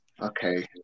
Okay